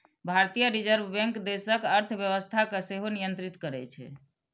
भारतीय reserve bank देशक अर्थव्यवस्था कें सेहो नियंत्रित करै छै